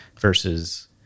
versus